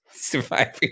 surviving